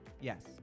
yes